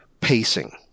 pacing